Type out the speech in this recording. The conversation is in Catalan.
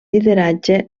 lideratge